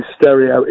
stereo